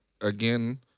again